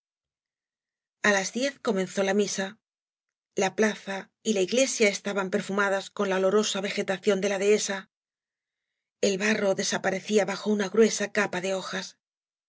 a las diez comenzó la misa la plaza y la iglesia estaban perfumadas por la olorosa vegetación de la dehesa el barro desaparecía bajo una gruesa capa de hojas